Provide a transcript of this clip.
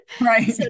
Right